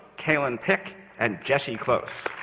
calen pick and jessie close.